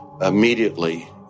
immediately